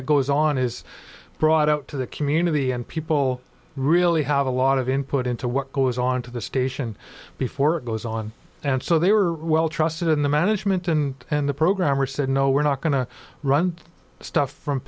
that goes on is brought out to the community and people really have a lot of input into what goes on to the station before it goes on and so they were well trusted in the management and in the programmer said no we're not going to run stuff from